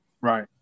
Right